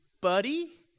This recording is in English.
buddy